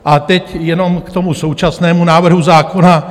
A teď jenom k současnému návrhu zákona.